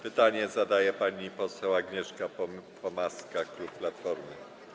Pytanie zadaje pani poseł Agnieszka Pomaska, klub Platformy.